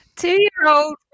Two-year-old